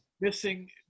missing